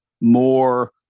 more